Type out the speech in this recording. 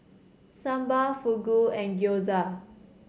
Sambar Fugu and Gyoza